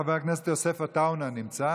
חבר הכנסת יוסף עטאונה נמצא?